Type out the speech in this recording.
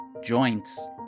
joints